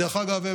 דרך אגב,